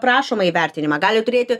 prašomą įvertinimą gali turėti